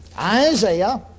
Isaiah